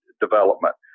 development